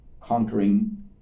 conquering